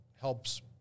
helps